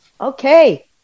Okay